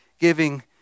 giving